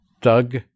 Doug